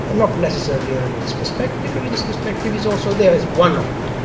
and not necessarily a religious perspective a religious perspective is also there as one of them.